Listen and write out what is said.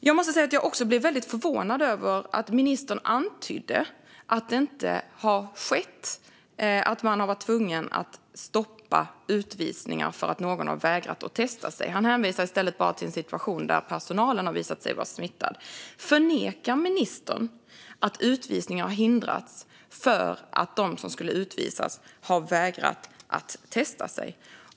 Jag blir också väldigt förvånad över att ministern antyder att det inte har skett att man varit tvungen att stoppa utvisningar för att någon vägrat att testa sig. Han hänvisar i stället bara till en situation där personalen visat sig vara smittad. Förnekar ministern att utvisningar har hindrats för att de som skulle utvisas vägrat att testa sig?